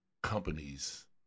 Companies